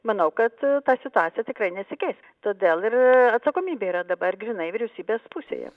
manau kad ta situacija tikrai nesikeis todėl ir atsakomybė yra dabar grynai vyriausybės pusėje